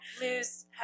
lose